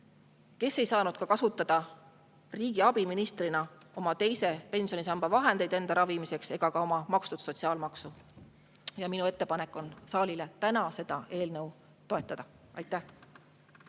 Ta ei saanud kasutada riigi abiministrina oma teise pensionisamba vahendeid enda ravimiseks ega ka oma makstud sotsiaalmaksu. Minu ettepanek saalile on täna seda eelnõu toetada. Aitäh!